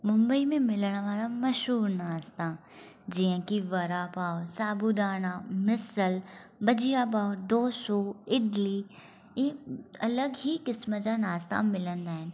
मुंबई में मिलणु वारा मशहूरु नाश्ता जीअं की वरा पाव साबू दाणा मिसल भजिया पाव दोसो इडली ई अलॻि ई क़िस्म जा नाश्ता मिलंदा आहिनि